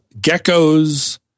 geckos